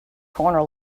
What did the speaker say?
corner